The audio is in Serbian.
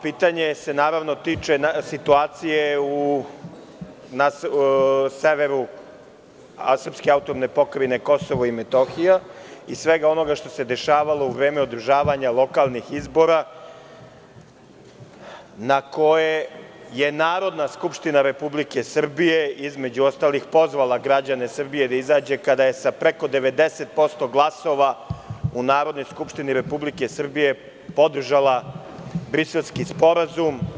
Pitanje se naravno tiče situacije na severu srpske AP Kosovo i Metohija i svega onoga što se dešavalo u vreme održavanja lokalnih izbora na koje je Narodna skupština Republike Srbije između ostalih pozvala građane Srbije da izađu, kada je sa preko 90% glasova u Narodnoj skupštini Republike Srbije podržala Briselski sporazum.